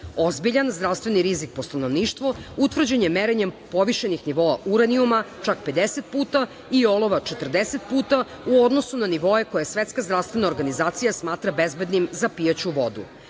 Ozbiljan zdravstveni rizik po stanovništvo utvrđen je merenjem povišenih nivoa uranijuma, čak 50 puta i olova 40 puta, u odnosu na nivou koje SZO smatra bezbednim za pijaću vodu.